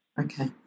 Okay